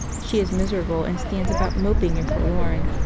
she is miserable and stands about moping and forlorn,